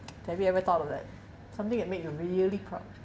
have you ever thought of that something that make you really lift up